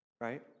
right